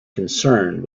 concerned